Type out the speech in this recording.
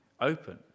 open